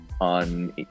on